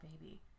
baby